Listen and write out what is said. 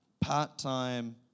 part-time